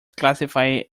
classify